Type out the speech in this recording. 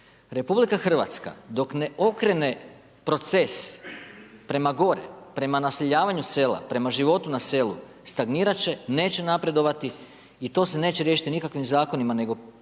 stagnacija RH. RH dok ne okrene proces prema gore, prema naseljavanju sela, prema životu na selu, stagnirat će, neće napredovati i to se neće riješiti nikakvim zakonima